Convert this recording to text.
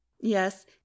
Yes